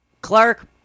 Clark